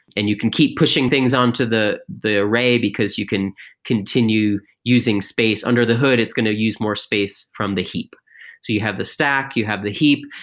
and you can keep pushing things on to the the array because you can continue using space. under the hood, it's going to use more space from the heap. so you have the stack, you have the heap,